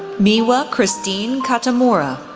miwa christine katamura,